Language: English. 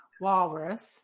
walrus